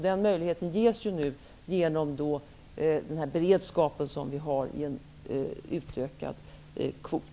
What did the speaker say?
Den möjligheten ges ju nu genom den beredskap som vi har med en utökad kvot.